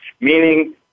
Meaning